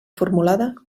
formulada